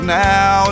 now